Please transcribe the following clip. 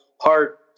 heart